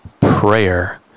prayer